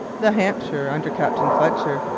the hampshire, under captain fletcher,